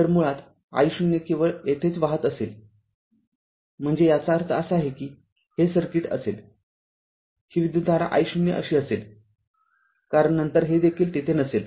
तर मुळात i0 केवळ येथेच वाहत असेलम्हणजे याचा अर्थ असा आहे की हे सर्किट असेल ही विद्युतधारा i0 अशी असेल कारण नंतर हे देखील तेथे नसेल